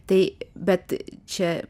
tai bet čia